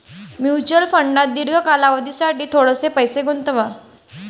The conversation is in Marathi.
म्युच्युअल फंडात दीर्घ कालावधीसाठी थोडेसे पैसे गुंतवा